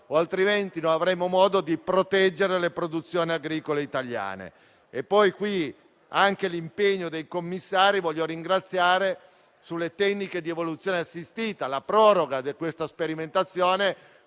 oppure non avremo modo di proteggere le produzioni agricole italiane. Sottolineo anche l'impegno dei commissari, che voglio ringraziare, sulle tecniche di evoluzione assistita, con la proroga di questa sperimentazione